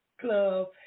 club